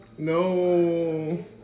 No